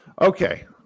Okay